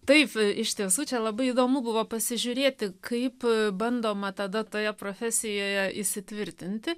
taip iš tiesų čia labai įdomu buvo pasižiūrėti kaip bandoma tada toje profesijoje įsitvirtinti